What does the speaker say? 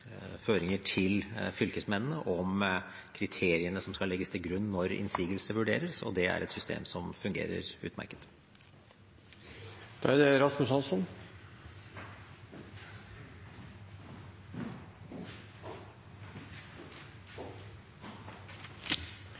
føringer til fylkesmennene om kriteriene som skal legges til grunn når innsigelse vurderes, og det er et system som fungerer